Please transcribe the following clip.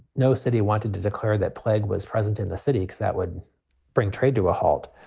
no city wanted to declare that plague was present in the city that would bring trade to a halt.